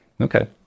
Okay